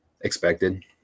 expected